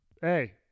hey